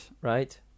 right